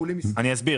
אני אסביר.